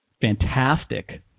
Fantastic